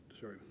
sorry